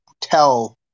tell